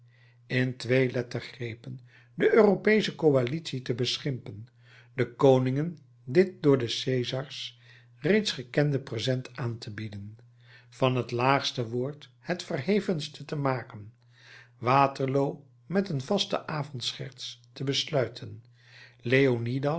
in twee lettergrepen de europeesche coalitie te beschimpen den koningen dit door de cesars reeds gekende present aan te bieden van het laagste woord het verhevenste te maken waterloo met een vastenavond scherts te besluiten leonidas